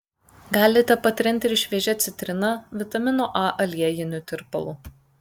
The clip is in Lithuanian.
galite patrinti ir šviežia citrina vitamino a aliejiniu tirpalu